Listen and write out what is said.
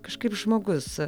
kažkaip žmogus